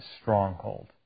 stronghold